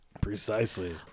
Precisely